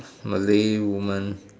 Malay woman